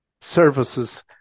services